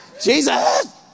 Jesus